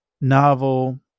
novel